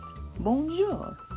bonjour